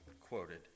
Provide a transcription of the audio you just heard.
quoted